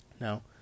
Now